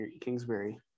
Kingsbury